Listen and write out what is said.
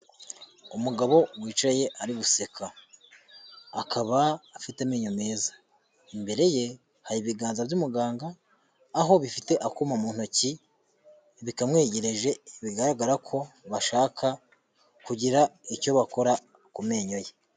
Umugabo wicaye ari guseka, akaba afite amenyo meza. Imbere ye hari ibiganza by'umuganga, aho bifite akuma mu ntoki bikamwegereje, bigaragara ko bashaka kugira icyo bakora ku menyo ye.